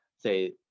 say